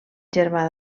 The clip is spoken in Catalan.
germà